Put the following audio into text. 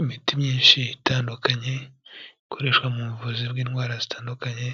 Imiti myinshi itandukanye ikoreshwa mu buvuzi bw'indwara zitandukanye,